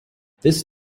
this